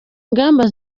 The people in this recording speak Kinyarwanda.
ngamba